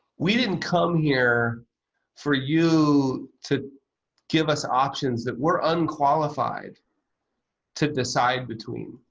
we didn't come here for you to give us options that we're unqualified to decide between.